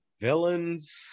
villains